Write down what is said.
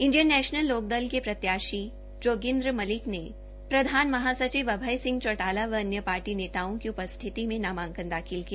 Indian national Lokdal की प्रत्याशी जोगेन्रद मलिक ने प्रधान महा सचिव अभय चौटाला व अन्य पार्टी नेताओं की उपस्थिति में नामांकन दाखिल किया